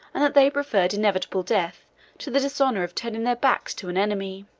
and that they preferred inevitable death to the dishonor of turning their backs to an enemy.